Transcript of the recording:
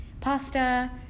pasta